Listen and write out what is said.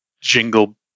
jingle